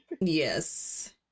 Yes